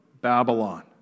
Babylon